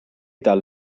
tal